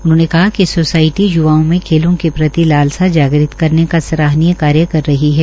उन्होंने कहा कि सोसाय ी खेलों य्वाओं में खेलों के प्रति लालसा जागृत करने का सराहनीय कार्य कर रही है